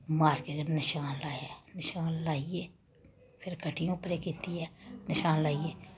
माईके कन्नै नशान लाया ऐ नशान लाईयै फिर कटिंग उप्परें कीती ऐ नशान लाईयै